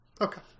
okay